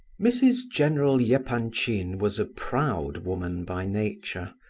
mrs. general yeah epanchin was a proud woman by nature.